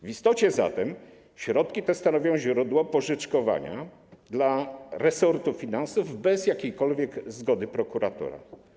W istocie zatem środki te stanowią źródło pożyczkowania dla resortu finansów bez jakiejkolwiek zgody prokuratora.